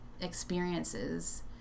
experiences